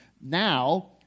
now